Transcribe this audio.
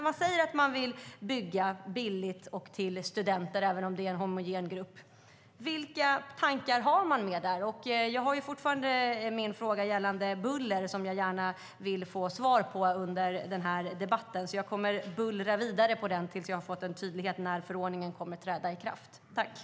Man säger att man vill bygga billigt för studenter, även om det inte är en homogen grupp, och därför undrar jag vilka tankar man har om det.